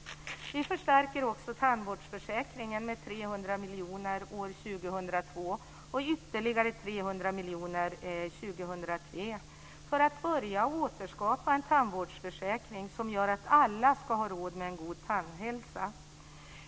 Vi förstärker också tandvårdsförsäkringen med 300 miljoner år 2002 och med ytterligare 300 miljoner 2003 för att börja återskapa en tandvårdsförsäkring som gör att alla ska ha råd med en god tandhälsa.